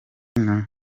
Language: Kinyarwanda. niba